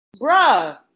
Bruh